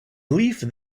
leaf